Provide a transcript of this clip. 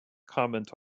comment